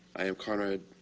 i am conrad